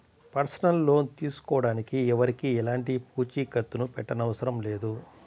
personal loan తీసుకోడానికి ఎవరికీ ఎలాంటి పూచీకత్తుని పెట్టనవసరం లేదు